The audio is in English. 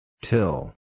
Till